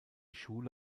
schule